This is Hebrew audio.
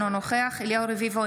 אינו נוכח אליהו רביבו,